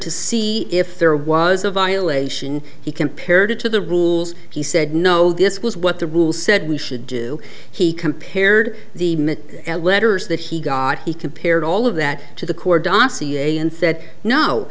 to see if there was a violation he compared to the rules he said no this was what the rules said we should do he compared the men at letters that he got he compared all of that to the core dot ca and said no